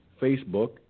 Facebook